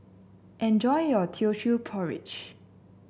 enjoy your Teochew Porridge